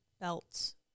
belts